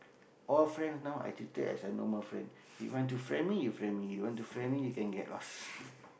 all friends now I treated as a normal friend you want to friend me you friend me you don't want to friend me you can get lost